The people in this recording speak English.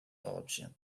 option